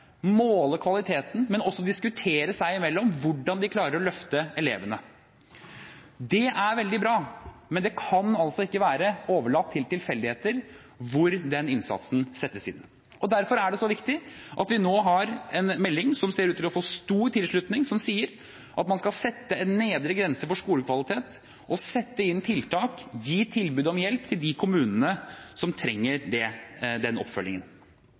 måle kvaliteten, men også diskutere seg imellom hvordan de klarer å løfte elevene. Det er veldig bra. Men det kan ikke være overlatt til tilfeldigheter hvor den innsatsen settes inn. Derfor er det så viktig at vi nå har en melding som ser ut til å få stor tilslutning, som sier at man skal sette en nedre grense for skolekvalitet og sette inn tiltak og gi tilbud om hjelp til de kommunene som trenger den oppfølgingen.